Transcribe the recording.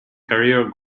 career